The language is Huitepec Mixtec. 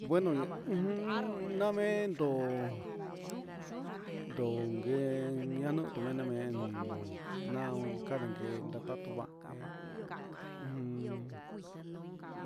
Bueno ujun namendo ndonguen ña tumena men naun kandeken ña'a, tatuva'a en un